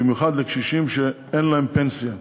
במיוחד לקשישים שאין להם פנסיה,